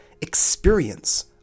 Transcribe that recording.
experience